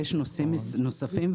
שיש נושאים נוספים.